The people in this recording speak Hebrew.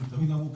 תמיד אמרו,